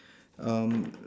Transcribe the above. um